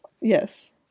yes